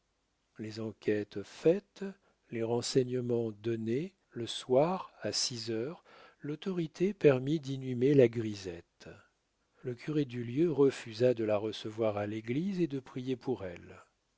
les enquêtes faites les renseignements donnés le soir à six heures l'autorité permit d'inhumer la grisette le curé du lieu refusa de la recevoir à l'église et de prier pour elle